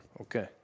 Okay